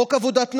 חוק עבודת נשים,